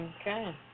Okay